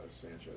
Sanchez